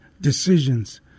decisions